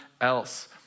else